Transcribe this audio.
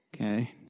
Okay